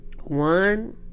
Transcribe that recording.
one